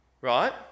right